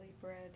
bread